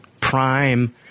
Prime